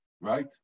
right